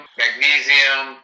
magnesium